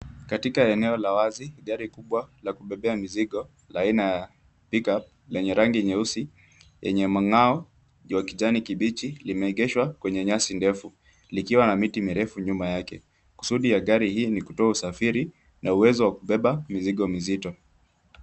Katika eneo la wazi gari kubwa la kubebea mizigo la aina ya Pick-up lenye rangi nyeusi yenye mng'ao wa kijani kibichi limeegeshwa kwenye nyasi ndefu likiwa na miti mirefu nyuma yake. Kusudi ya gari hii ni kutoa usafiri na uwezo wa kubeba mizigo mizito.